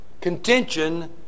contention